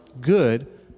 good